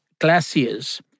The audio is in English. glaciers